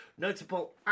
Notable